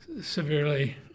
severely